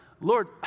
Lord